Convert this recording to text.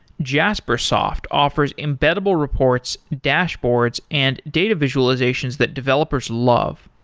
jaspersoft offers embeddable reports, dashboards and data visualizations that developers love.